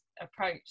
approach